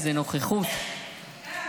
איזו נוכחות --- הינה,